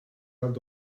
alt